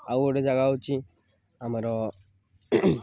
ଆଉ ଗୋଟେ ଜାଗା ହେଉଛି ଆମର